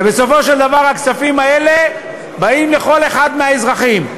ובסופו של דבר הכספים האלה באים לכל אחד מהאזרחים,